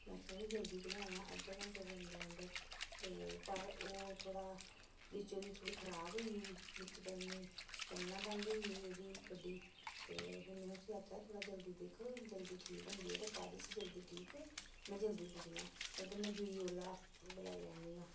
मे आखेआ भई जल्दी पजायां अद्धे घैंटे दे अंदर अंदर ते पर ओह् थोह्ड़ा बिच्च ओह्दी थोह्ड़ी खराब होई गेई बिच्च पता नी चलना बंद होई गेई ओह्दी गड्डी ते फ्ही में उसी आखेआ थोह्ड़ा जल्दी दिक्ख जल्दी ठीक होंदी ते कर इसी जल्दी ठीक में जल्दी पुज्जना ऐ नेईं ते में दूई ओला बलाई लैन्नी आं